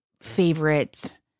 favorite